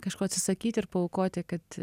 kažko atsisakyti ir paaukoti kad